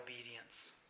obedience